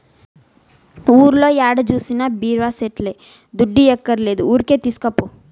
ఊర్లో ఏడ జూసినా బీర సెట్లే దుడ్డియ్యక్కర్లే ఊరికే తీస్కపో